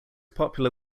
popular